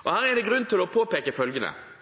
Her er det grunn til å påpeke to ting om Hardanger. Det ene er at det er i Hordaland og Hardanger vi finner flesteparten av de laksestammene det står dårligst til med. Det er også sånn at Hardanger er